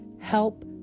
Help